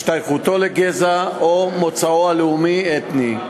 השתייכותו לגזע או מוצאו הלאומי-אתני.